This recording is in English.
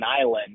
island